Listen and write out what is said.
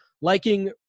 liking